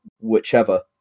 whichever